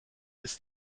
ist